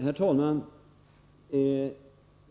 Herr talman!